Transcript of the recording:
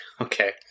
Okay